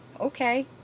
Okay